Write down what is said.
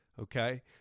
Okay